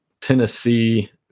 Tennessee